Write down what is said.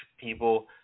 people